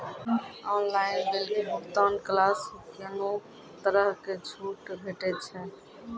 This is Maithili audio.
ऑनलाइन बिलक भुगतान केलासॅ कुनू तरहक छूट भेटै छै?